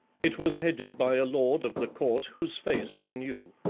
it was headed by a lord of the court whose face i knew.